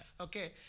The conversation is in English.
okay